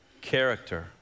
Character